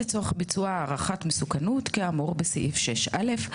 לצורך ביצוע הערכת מסוכנות כאמור בסעיף 6א,